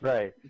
Right